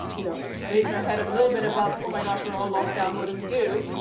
you know raised our head up a little bit above, oh my gosh, we're all locked down, what do we do?